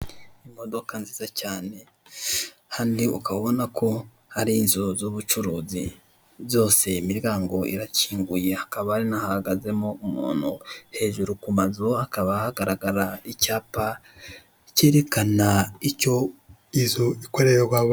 Isoko rinini. Hakaba harimo ibicuruzwa bigiye bitandukanye bibitswe mu tubati. Bimwe muri ibyo bicuruzwa harimo imiti y'ibirahure y'ubwoko butandukanye; ndetse hakabamo n'amasabune y'amazi. Iri duka rikaba rifite amatara yaka umweru.